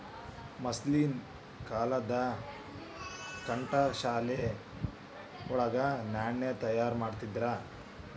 ಮದ್ಲಿನ್ ಕಾಲ್ದಾಗ ಠಂಕಶಾಲೆ ವಳಗ ನಾಣ್ಯ ತಯಾರಿಮಾಡ್ತಿದ್ರು